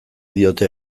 diote